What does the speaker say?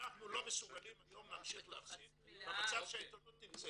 אנחנו לא מסוגלים היום להמשיך להפסיד במצב שהעיתונות נמצאת.